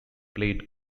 played